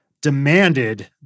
demanded